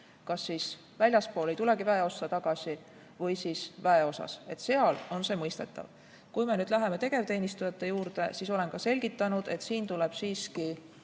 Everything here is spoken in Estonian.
kas siis väljaspool, ei tulegi väeossa tagasi, või siis väeosas. Seal on see mõistetav. Kui nüüd läheme tegevteenistujate juurde, siis olen ka selgitanud, et siin tuleb siiski